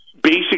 Basic